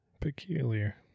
peculiar